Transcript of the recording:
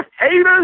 haters